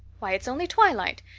why, it's only twilight.